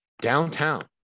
downtown